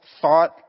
thought